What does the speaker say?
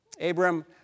Abram